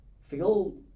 feel